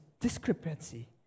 discrepancy